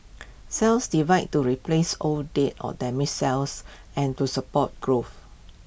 cells divide to replace old dead or damaged cells and to support growth